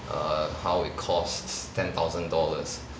err how it costs ten thousand dollars